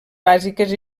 bàsiques